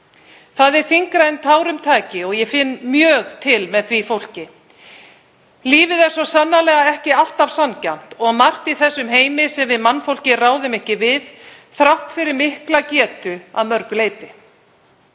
Það er þyngra en tárum taki og ég finn mjög til með því fólki. Lífið er svo sannarlega ekki alltaf sanngjarnt og margt í þessum heimi sem við mannfólkið ráðum ekki við þrátt fyrir mikla getu að mörgu leyti.